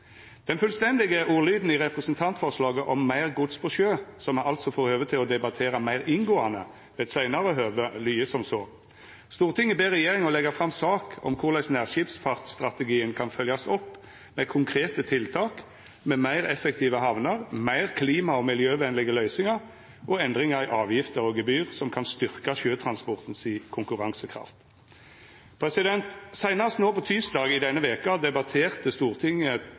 Den fullstendige ordlyden i representantforslaget om meir gods på sjø, som me altså får debattera meir inngåande ved eit seinare høve, lyder som så: Stortinget ber regjeringa leggja fram sak om korleis nærskipsfartsstrategien kan følgjast opp med konkrete tiltak med meir effektive hamnar, meir klima- og miljøvenlege løysingar og endringar i avgifter og gebyr som kan styrkja sjøtransporten si konkurransekraft. Seinast på tysdag i denne veka debatterte Stortinget